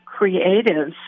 creatives